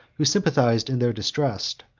who sympathized in their distress,